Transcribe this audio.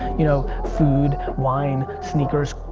you know, food, wine, sneakers,